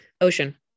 Ocean